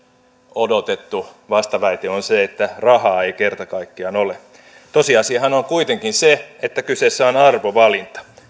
odotettu vastaväite on se että rahaa ei kerta kaikkiaan ole tosiasiahan on kuitenkin se että kyseessä on arvovalinta